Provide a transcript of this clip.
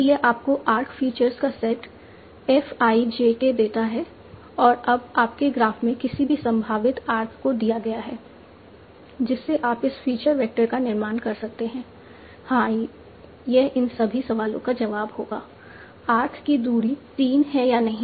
तो यह आपको आर्क फीचर्स का set f i j k देता है और अब आपके ग्राफ में किसी भी संभावित आर्क को दिया गया है जिससे आप इस फीचर वेक्टर का निर्माण कर सकते हैं हाँ यह इन सभी सवालों का जवाब होगा आर्क की दूरी 3 है या नहीं